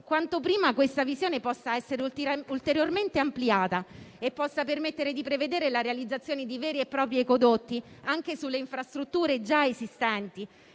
quanto prima, questa visione possa essere ulteriormente ampliata e possa permettere di prevedere la realizzazione di veri e propri ecodotti anche sulle infrastrutture già esistenti.